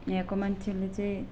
यहाँको मान्छेले चाहिँ